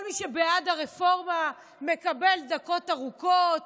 כל מי שבעד הרפורמה מקבל דקות ארוכות